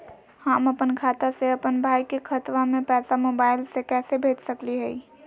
हम अपन खाता से अपन भाई के खतवा में पैसा मोबाईल से कैसे भेज सकली हई?